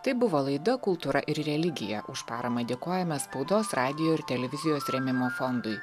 tai buvo laida kultūra ir religija už paramą dėkojame spaudos radijo ir televizijos rėmimo fondui